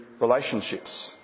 relationships